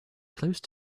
close